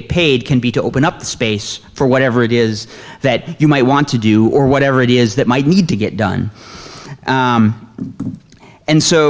get paid can be to open up the space for whatever it is that you might want to do or whatever it is that might need to get done and so